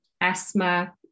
asthma